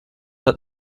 hat